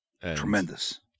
Tremendous